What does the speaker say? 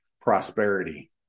prosperity